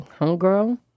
homegirl